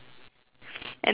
and the dog died